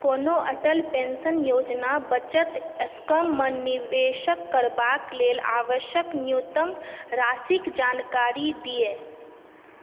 कोनो अटल पेंशन योजना बचत स्कीममे निवेश करबाक लेल आवश्यक न्यूनतम राशिक जानकारी दिअ